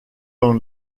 dans